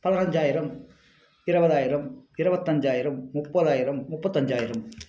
பதினைஞ்சாயிரம் இருபதாயிரம் இருபத்தஞ்சாயிரம் முப்பதாயிரம் முப்பத்தஞ்சாயிரம்